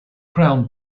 crown